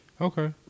Okay